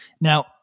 Now